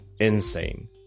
insane